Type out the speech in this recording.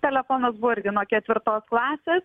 telefonas buvo irgi nuo ketvirtos klasės